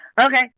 Okay